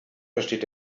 versteht